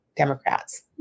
Democrats